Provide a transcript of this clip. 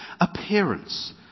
appearance